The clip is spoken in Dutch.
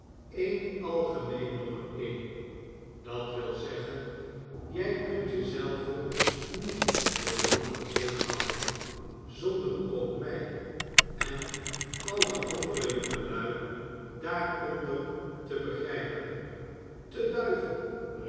een algemeen nommer één dat wil zeggen jij kunt je zelven niet voor nommer één houden zonder ook mij en al de andere jongelui daaronder te begrijpen te duivel